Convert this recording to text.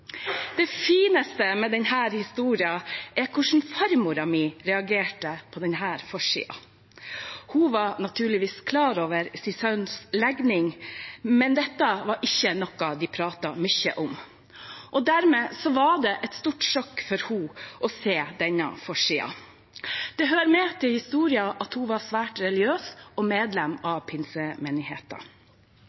Det fineste med denne historien er hvordan farmor reagerte på denne forsiden. Hun var naturligvis klar over sin sønns legning, men dette var ikke noe de pratet mye om. Dermed var det et stort sjokk for henne å se denne forsiden. Det hører med til historien at hun var svært religiøs og medlem av